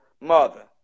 mother